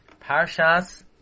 Parshas